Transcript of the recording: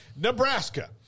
Nebraska